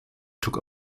took